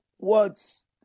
words